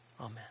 Amen